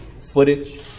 footage